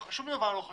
שום דבר לא חשוב.